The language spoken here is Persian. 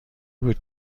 بود